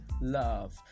love